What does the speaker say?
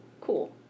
cool